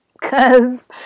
Cause